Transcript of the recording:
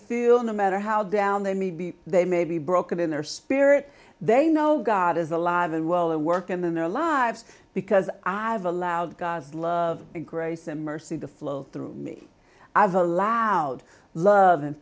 feel no matter how down they may be they may be broken in their spirit they know god is alive and well and work in their lives because i have allowed god's love and grace and mercy to flow through me i've allowed love and